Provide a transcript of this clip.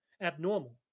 abnormal